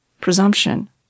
presumption